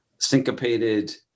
Syncopated